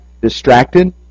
distracted